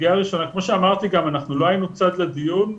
כמו שאמרתי גם, אנחנו לא היינו צד לדיון.